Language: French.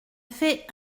fait